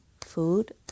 food